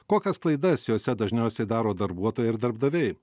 kokias klaidas jose dažniausiai daro darbuotojai ir darbdaviai